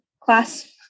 class